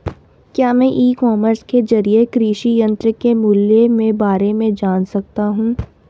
क्या मैं e commerce के ज़रिए कृषि यंत्र के मूल्य में बारे में जान सकता हूँ?